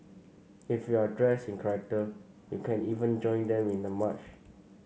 if you're dressed in character you can even join them in the march